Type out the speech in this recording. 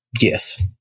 Yes